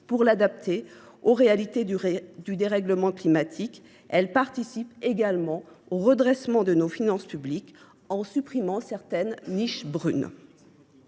pour l’adapter aux réalités du dérèglement climatique, et elle participe au redressement de nos finances publiques en supprimant certaines « niches brunes